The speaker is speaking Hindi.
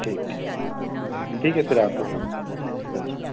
ठीक ठीक ठीक है फिर आता हूँ मैं नमस्कार